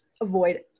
avoid